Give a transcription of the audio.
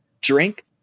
drink